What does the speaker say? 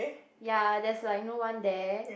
ya there's like no one there